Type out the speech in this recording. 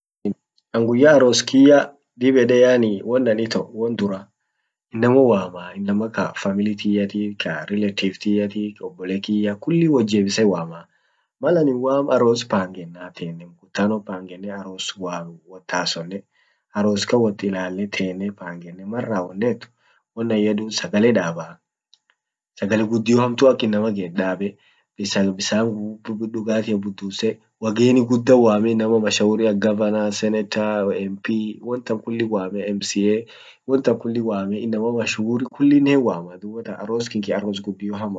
an guyya aros kiyya dib yede yani won anin ito won dura innama wama innama ka family tiyyati ka relative tiyyati obbole kiyya kulli wotjebise waama. mal anin waam aros pangenna tenne mkutano pangenne aros wot hasonne aros kan wot ilalle tenne pangenne mal rawonnet won anin yedun sagale daaba sagale gudio hamtu ak innama get daabe bisan gafiya buduse wageni gudda waame innama mashahuri ak Gavanaa senator mp wontan kulli waame mca wontan kulli waame innama mashuri kullinen hin waama dubatan aros kinki aros gudio hamaa.